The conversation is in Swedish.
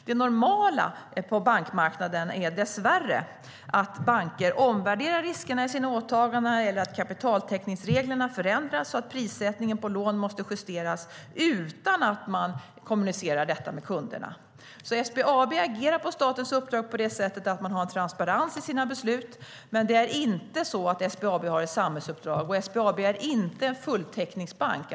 Det normala på bankmarknaden är dessvärre att banker omvärderar riskerna i sina åtaganden eller att kapitaltäckningsreglerna förändras så att prissättningen på lån måste justeras - utan att man kommunicerar detta till kunderna. SBAB agerar på statens uppdrag på det sättet att man har transparens i sina beslut, men SBAB har inte ett samhällsuppdrag. SBAB är inte en fullteckningsbank.